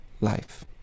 life